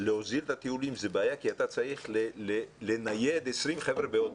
להוזיל את הטיולים זו בעיה כי אתה צריך לנייד 20 חבר'ה באוטובוס.